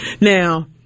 Now